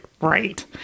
Right